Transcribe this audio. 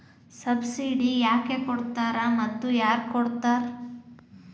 Subsidy ಯಾಕೆ ಕೊಡ್ತಾರ ಮತ್ತು ಯಾರ್ ಕೊಡ್ತಾರ್?